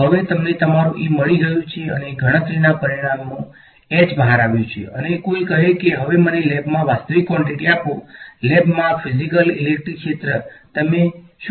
હવે તમને તમારું E મળી ગયું છે અને ગણતરીના પરિણામે H બહાર આવ્યું છે અને કોઈ કહે છે કે હવે મને લેબમાં વાસ્તવિક કવોંટીટી આપો લેબમાં ફીઝીકલ ઇલેક્ટ્રિક ક્ષેત્ર તમે શું કરશો